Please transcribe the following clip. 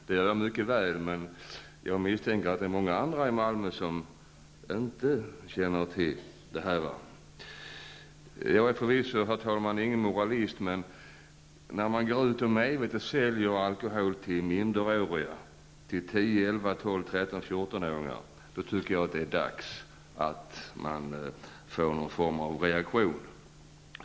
Det gör jag mycket väl, men jag misstänker att många andra i Malmö inte känner till den. Jag är förvisso ingen moralist, herr talman, men när man medvetet säljer alkohol till minderåriga -- till 10 ,11-, 12-,13 och 14-åringar -- tycker jag att det är dags för någon form av reaktion.